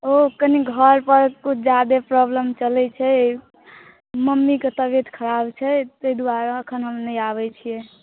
ओ कनि घर पर किछु जादे प्रॉब्लम चलए छै मम्मीके तबियत खराब छै तैं दुआरे अखन हम नहि आबए छिऐ